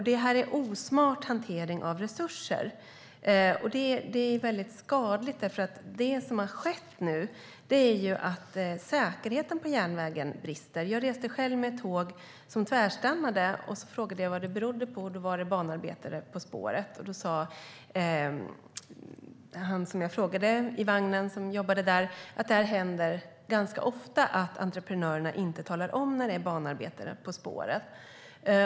Det här är en osmart hantering av resurser, och det är väldigt skadligt, därför att det som har skett nu är att säkerheten på järnvägen brister. Jag reste själv med ett tåg som tvärstannade. Jag frågade vad det berodde på, och då var det banarbetare på spåret. Mannen som jag frågade i vagnen och som jobbade där sa att det händer ganska ofta att entreprenörerna inte talar om när det är banarbetare på spåret.